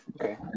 Okay